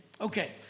Okay